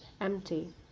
empty